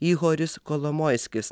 ihoris kolomoiskis